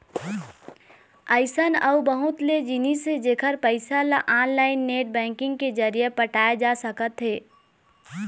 अइसन अउ बहुत ले जिनिस हे जेखर पइसा ल ऑनलाईन नेट बैंकिंग के जरिए पटाए जा सकत हे